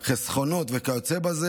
חסכונות וכיוצא בזה,